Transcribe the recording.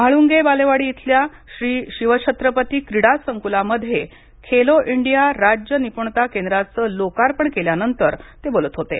म्हाळूंगे बालेवाडी इथल्या श्री शिवछत्रपती क्रीडा संकुलामध्येज खेलो इंडिया राज्य निपुणता केंद्राचं लोकार्पण केल्यानंतर ते बोलत होते